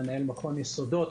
מנהל מכון יסודות.